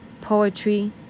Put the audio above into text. Poetry